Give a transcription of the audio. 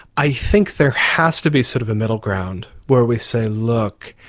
i think there has to be sort of a middle ground where we say, look,